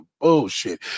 bullshit